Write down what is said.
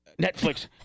Netflix